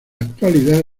actualidad